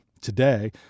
today